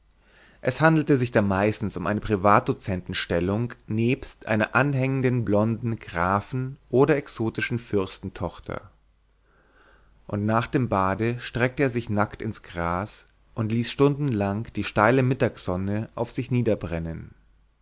es handelte sich da meistens um eine privatdozentenstellung nebst einer anhängenden blonden grafen oder exotischen fürstentochter und nach dem bade streckte er sich nackt ins gras und ließ stundenlang die steile mittagssonne auf sich